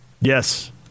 Yes